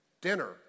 Dinner